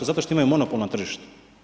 Zato što imaju monopol na tržištu.